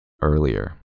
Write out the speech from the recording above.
Earlier